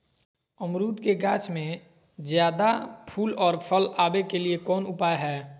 अमरूद के गाछ में ज्यादा फुल और फल आबे के लिए कौन उपाय है?